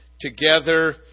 together